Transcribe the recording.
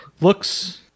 looks